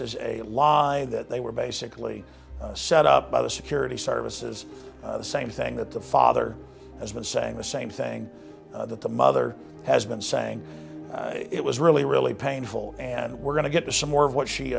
was a lie that they were basically set up by the security services the same thing that the father has been saying the same thing that the mother has been saying it was really really painful and we're going to get to some more of what she